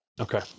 Okay